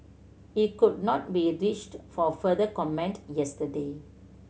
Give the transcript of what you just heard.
he could not be reached for further comment yesterday